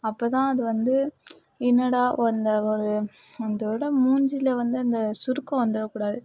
அப்போதான் அது வந்து என்னடா அந்த ஒரு அந்தோட மூஞ்சியில் வந்து அந்த சுருக்கம் வந்துவிடக்கூடாது